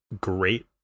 great